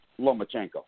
Lomachenko